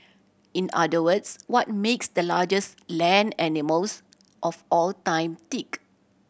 in other words what makes the largest land animals of all time tick